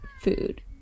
food